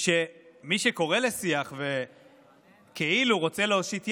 שמי שקורא לשיח וכאילו רוצה להושיט יד,